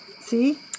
See